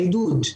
עידוד.